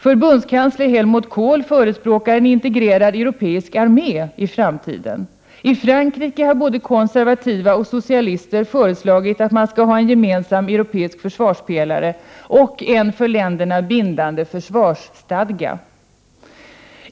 Förbundskansler Helmut Kohl förespråkar en integrerad europeisk armé i framtiden. I Frankrike har både konservativa och socialister föreslagit att man skall ha en gemensam europeisk försvarspelare och en för länderna bindande försvarsstadga.